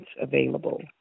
available